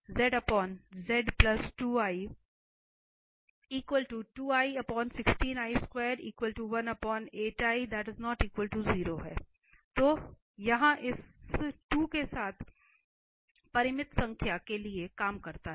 तो यहाँ इस 2 के साथ परिमित संख्या पाने के लिए काम करता है